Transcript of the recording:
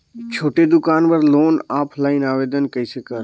छोटे दुकान बर लोन ऑफलाइन आवेदन कइसे करो?